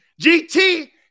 GT